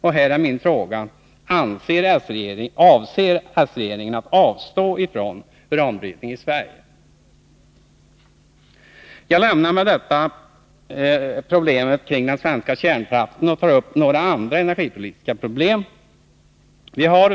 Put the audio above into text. Min fjärde fråga är: Avser s-regeringen att avstå från uranbrytning i Sverige? Jag lämnar med detta problemen kring den svenska kärnkraften och tar upp några andra energipolitiska problem.